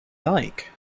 like